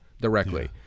directly